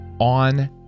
on